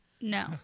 No